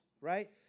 right